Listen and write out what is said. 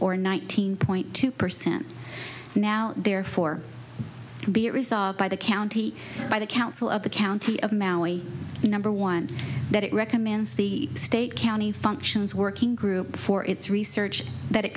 or nineteen point two percent now therefore be it resolved by the county by the council of the county of maui the number one that it recommends the state county functions working group for its research that